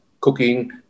cooking